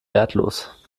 wertlos